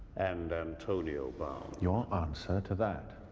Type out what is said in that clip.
and antonio bound. your answer to that.